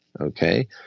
Okay